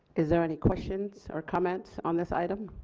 is there any questions or comments on this item?